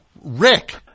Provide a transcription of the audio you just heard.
Rick